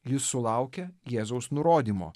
jis sulaukia jėzaus nurodymo